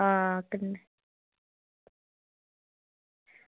आं